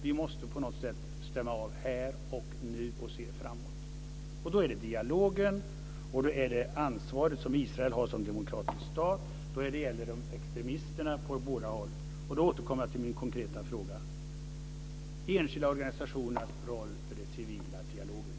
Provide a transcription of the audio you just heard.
Vi måste på något sätt stämma av här och nu och se framåt. Då är det dialogen som gäller. Det är viktigt med det ansvar som Israel har som demokratisk stat. Det gäller också frågan om extremisterna på båda håll. Då återkommer jag till min konkreta fråga. Den gällde de enskilda organisationernas roll i den civila dialogen.